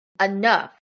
enough